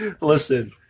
Listen